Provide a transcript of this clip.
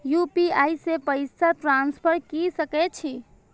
UPI से पैसा transfer की सके छी?